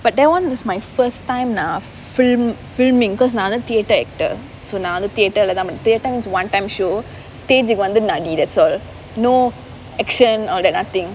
but that [one] is my first time uh film filming because நான் வந்து:naan vanthu theatre actor so நா வந்து:naa vanthu theatre lah தான்:thaan theatre was one time show stage வந்து:vanthu that's all so no action all that nothing